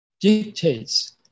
dictates